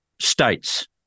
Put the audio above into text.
states